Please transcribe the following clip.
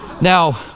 Now